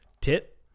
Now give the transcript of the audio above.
Tit